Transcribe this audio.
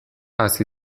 hasi